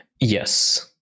Yes